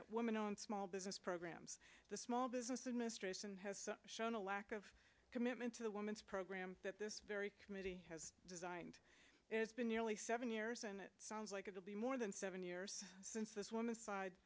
at women and small business programs the small business administration has shown a lack of commitment to the woman's program that this very committee has designed been nearly seven years and it sounds like it will be more than seven years since this woman